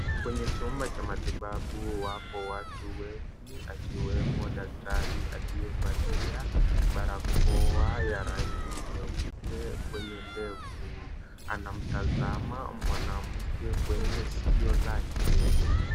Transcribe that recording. Kwenye chumba cha matibabu wapo watu wengi, akiwemo daktari aliyevalia barakoa ya rangi nyeupe kwenye ndevu. Anamtazama mwanamke kwenye sikio lake.